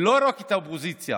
ולא רק את האופוזיציה,